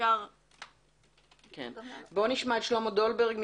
שלמה דולברג,